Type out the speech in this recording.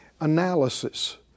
analysis